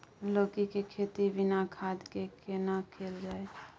लौकी के खेती बिना खाद के केना कैल जाय?